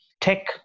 tech